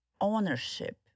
ownership